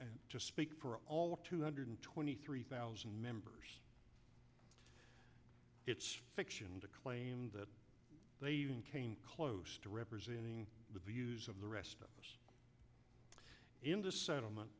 to speak for all of two hundred twenty three thousand members it's fiction to claim that they even came close to representing the views of the rest of us in the settlement